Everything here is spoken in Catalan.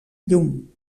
llum